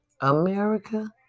America